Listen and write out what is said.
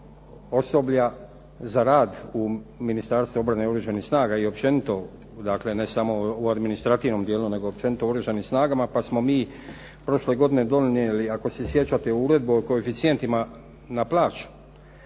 osoblja za rad u Ministarstvu obrane i oružanih snaga i općenito, dakle ne samo u administrativnom dijelu, nego općenito u oružanim snagama, pa smo mi prošle godine donijeli, ako se sjećate, uredbu o koeficijentima na plaću